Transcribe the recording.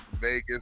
Vegas